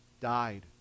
died